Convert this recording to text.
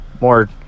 more